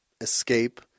escape